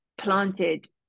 planted